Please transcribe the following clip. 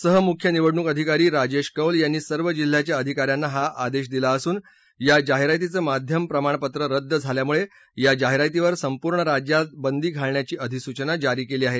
सहमुख्य निवडणूक अधिकारी राजेश कौल यांनी सर्व जिल्ह्याच्या अधिकाऱ्यांना हा आदेश दिला असून या जाहिरातीचं माध्यम प्रमाणपत्र रद्द झाल्यामुळे या जाहिरातीवर संपूर्ण राज्यात बंदी घालण्याची अधिसूचना जारी केली आहे